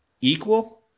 equal